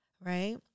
right